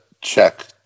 check